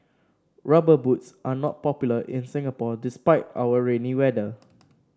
rubber boots are not popular in Singapore despite our rainy weather